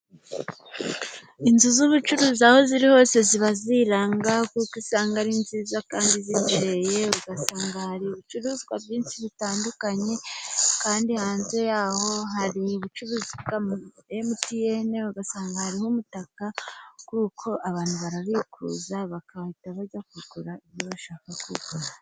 Inzu z'ubucuruzi aho ziri hose ziba ziranga, kuko usanga ari nziza kandi zibereye, ugasanga hari ibicuruzwa byinshi bitandukanye, kandi hanze ya ho hari ubucuruzi bwa Emutiyene, ugasanga hariho umutaka, kuko abantu barabikuza, bagahita bajya kugura ibyo bashaka.